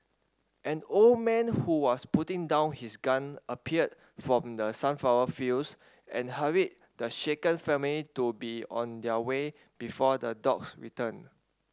an old man who was putting down his gun appeared from the sunflower fields and hurried the shaken family to be on their way before the dogs return